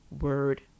word